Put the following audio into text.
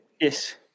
Yes